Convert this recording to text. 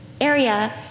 area